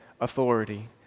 authority